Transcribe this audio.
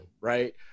right